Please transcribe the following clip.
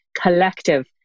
collective